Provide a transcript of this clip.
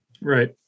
Right